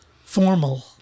formal